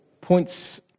points